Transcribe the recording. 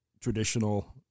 traditional